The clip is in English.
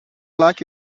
like